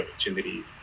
opportunities